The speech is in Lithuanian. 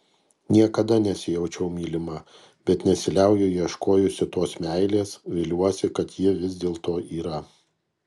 niekada nesijaučiau mylima bet nesiliauju ieškojusi tos meilės viliuosi kad ji vis dėlto yra